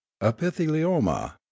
epithelioma